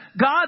God